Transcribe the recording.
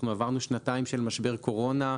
עברנו שנתיים של משבר קורונה,